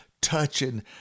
touching